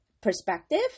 perspective